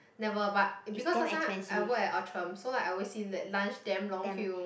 never but because last time I work Outram so I always see that lunch damn long queue